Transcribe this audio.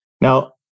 Now